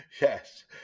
Yes